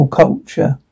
culture